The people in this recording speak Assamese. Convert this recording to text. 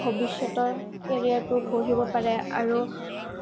ভৱিষ্যতৰ কেৰিয়াৰটো গঢ়িব পাৰে আৰু